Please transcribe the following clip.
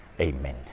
Amen